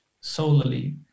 solely